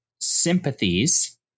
sympathies